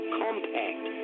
compact